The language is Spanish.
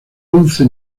once